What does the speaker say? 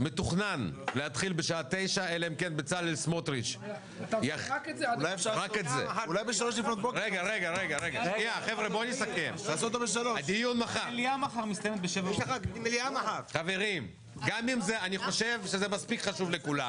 מתוכנן להתחיל בשעה 9:00. אני חושב שזה מספיק חשוב לכולם.